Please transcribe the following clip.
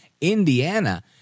Indiana